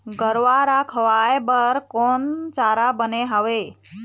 गरवा रा खवाए बर कोन चारा बने हावे?